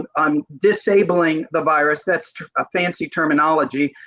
and on disabling the virus, that is a fancy terminology.